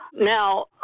Now